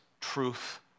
truth